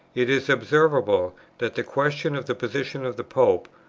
it is observable that the question of the position of the pope,